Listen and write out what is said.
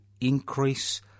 increase